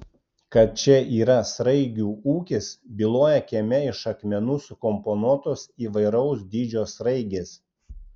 kad čia yra sraigių ūkis byloja kieme iš akmenų sukomponuotos įvairaus dydžio sraigės